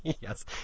Yes